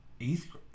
eighth